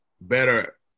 better